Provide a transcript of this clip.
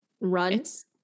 runs